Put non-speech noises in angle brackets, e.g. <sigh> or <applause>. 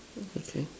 <noise> okay